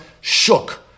shook